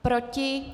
Proti?